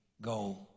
go